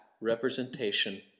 representation